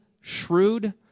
shrewd